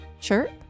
Chirp